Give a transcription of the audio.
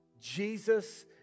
Jesus